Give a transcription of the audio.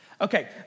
Okay